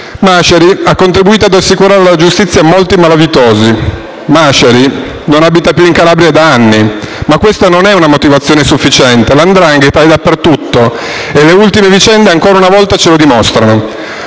che ha contribuito ad assicurare alla giustizia molti malviventi, non abita più in Calabria da anni, ma questa non è una motivazione sufficiente. La 'ndrangheta è dappertutto e le ultime vicende ancora una volta ce lo dimostrano.